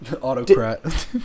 Autocrat